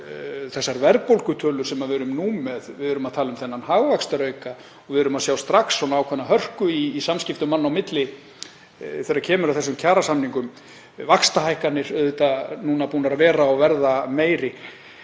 þessar verðbólgutölur sem við erum nú með, við erum að tala um þennan hagvaxtarauka og við erum að sjá strax ákveðna hörku í samskiptum manna á milli þegar kemur að kjarasamningum, vaxtahækkanir auðvitað núna búnar að vera og verða meiri.